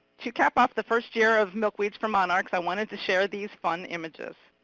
to cap off the first year of milkweeds for monarchs, i wanted to share these fun images.